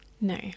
no